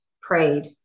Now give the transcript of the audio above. prayed